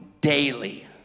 daily